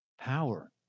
Power